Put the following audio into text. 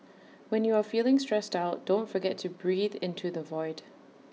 when you are feeling stressed out don't forget to breathe into the void